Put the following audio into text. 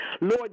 Lord